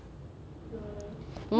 monica you have tonight you have to artistic